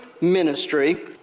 ministry